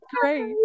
great